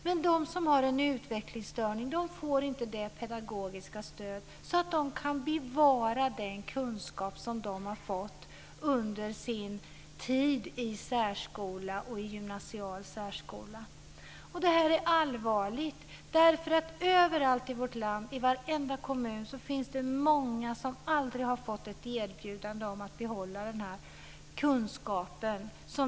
Men de som har en utvecklingsstörning får inte det pedagogiska stöd som krävs för att de ska kunna bevara den kunskap som de har fått under sin tid i särskola och i gymnasial särskola. Det här är allvarligt, för överallt i vårt land, i varenda kommun, finns det många som aldrig har fått ett erbjudande om att behålla den här kunskapen.